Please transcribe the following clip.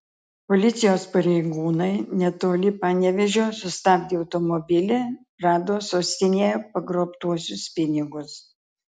policijos pareigūnai netoli panevėžio sustabdę automobilį rado sostinėje pagrobtuosius pinigus